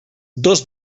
dos